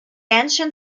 ancient